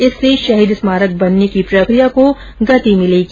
इससे शहीद स्मारक बनने की प्रकिया को गति मिलेगी